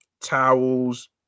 towels